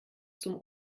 zum